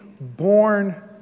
born